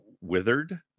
Withered